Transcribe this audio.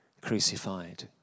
crucified